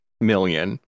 million